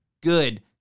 good